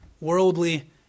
worldly